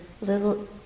little